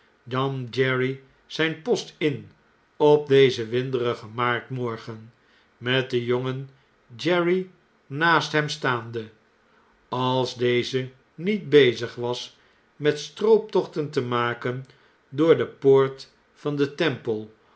nam jerry zijn post in op dezen winderigen maartmorgen met den jongen jerry naast hem staande als deze niet bezig was met strooptochten te maken door depoortvan de t e